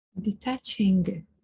detaching